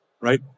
right